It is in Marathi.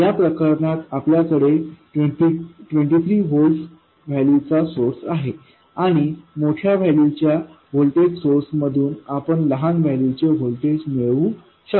या प्रकरणात आपल्याकडे 23 व्होल्ट व्हॅल्यूचा सोर्स आहे आणि मोठ्या व्हॅल्यूच्या व्होल्टेज सोर्स मधून आपण लहान व्हॅल्यूचे व्होल्टेज मिळवू शकतो